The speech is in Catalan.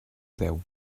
deu